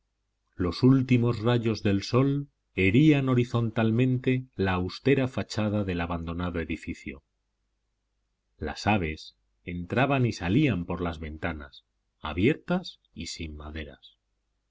los últimos rayos del sol herían horizontalmente la austera fachada del abandonado edificio las aves entraban y salían por las ventanas abiertas y sin maderas